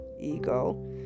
ego